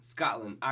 Scotland